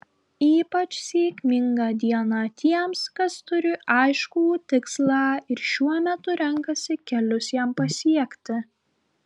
ypač sėkminga diena tiems kas turi aiškų tikslą ir šiuo metu renkasi kelius jam pasiekti